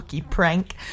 prank